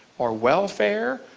or welfare,